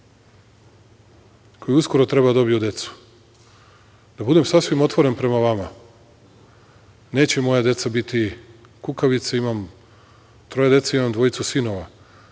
koji uskoro treba da dobiju decu. Da budem sasvim otvoren prema vama, neće moja deca biti kukavice, imam dvojicu sinova